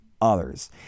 others